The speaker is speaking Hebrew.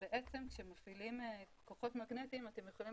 ובעצם כשמפעילים כוחות מגנטיים אתם יכולים